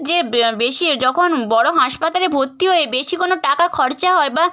যে ব্ বেশি যখন বড় হাসপাতালে ভর্তি হয়ে বেশি কোনো টাকা খরচা হয় বা